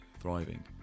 thriving